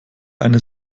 eine